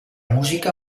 música